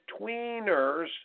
tweeners